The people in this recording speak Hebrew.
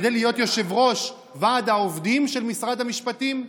כדי להיות יושב-ראש ועד העובדים של משרד המשפטים?